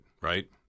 right